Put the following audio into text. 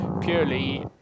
purely